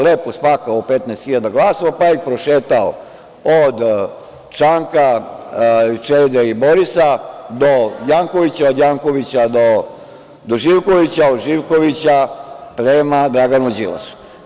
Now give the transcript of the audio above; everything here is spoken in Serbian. Lepo spakovao 15 hiljada glasova, pa ih prošetao od Čanka, Čede i Borisa do Jankovića, od Jankovića do Živkovića, od Živkovića prema Draganu Đilasu.